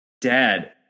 dad